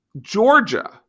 Georgia